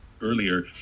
earlier